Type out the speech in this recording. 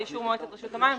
לאישור מועצת רשות המים.